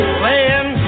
playing